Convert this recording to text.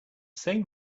same